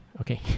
okay